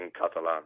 Catalan